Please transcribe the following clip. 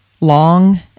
long